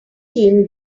team